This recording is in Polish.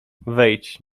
wejdź